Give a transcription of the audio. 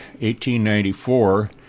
1894